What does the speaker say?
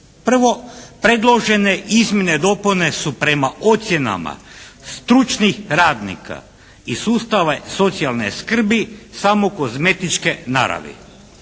Prvo, predložene izmjene i dopune su prema ocjenama stručnih radnika i sustava socijalne skrbi samo kozmetičke naravi.